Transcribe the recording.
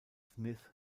smith